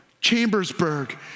Chambersburg